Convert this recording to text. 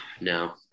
No